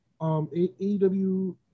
AEW